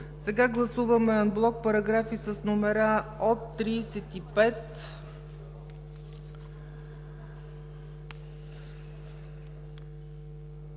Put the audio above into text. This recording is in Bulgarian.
Сега гласуваме анблок параграфи с номера от 35